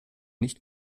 nicht